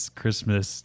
christmas